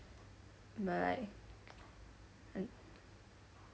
like